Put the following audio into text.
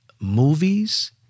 movies